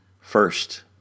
first